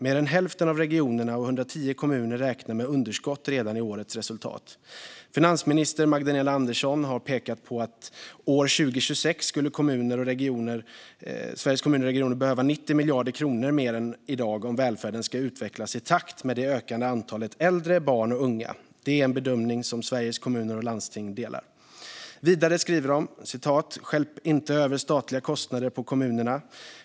Mer än hälften av regionerna och 110 kommuner räknar med underskott redan i årets resultat. Finansminister Magdalena Andersson har pekat på att år 2026 skulle kommuner och regioner behöva 90 miljarder kronor mer än i dag om välfärden ska utvecklas i takt med det ökande antal äldre, barn och unga. Det är en bedömning Sveriges Kommuner och Landsting delar." Vidare skrev man: "Stjälp inte över statliga kostnader på kommunerna.